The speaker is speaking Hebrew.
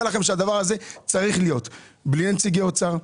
לכם שהדבר הזה צריך להיות בלי נציגי אוצר.